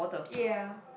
ya